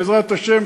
בעזרת השם,